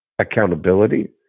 accountability